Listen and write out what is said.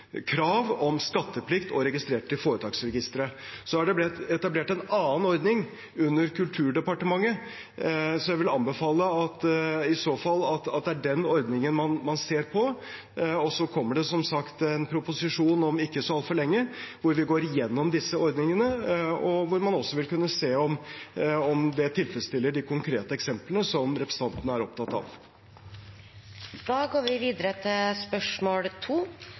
krav om skatteplikt og at man er registrert i Foretaksregisteret. Så er det etablert en annen ordning under Kulturdepartementet. Jeg vil i så fall anbefale at det er den ordningen man ser på. Og så kommer det som sagt en proposisjon om ikke altfor lenge, hvor vi går gjennom disse ordningene, og hvor man også vil kunne se om det tilfredsstiller de konkrete eksemplene som representanten er opptatt av.